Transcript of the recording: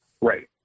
Right